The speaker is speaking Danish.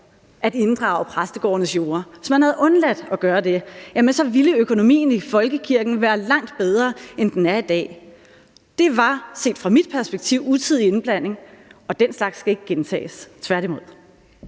at inddrage præstegårdenes jorder, så ville økonomien i folkekirken være langt bedre, end den er i dag. Det var, set fra mit perspektiv, en utidig indblanding, og den slags skal ikke gentages, tværtimod.